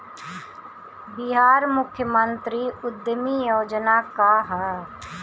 बिहार मुख्यमंत्री उद्यमी योजना का है?